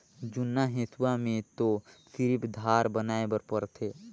जुन्ना हेसुआ में तो सिरिफ धार बनाए बर परथे